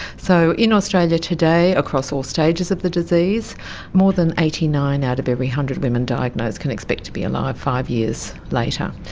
so in australia today across all stages of the disease more than eighty nine out of every one hundred women diagnosed can expect to be alive five years later.